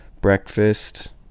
breakfast